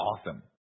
awesome